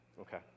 Okay